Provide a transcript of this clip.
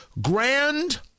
Grand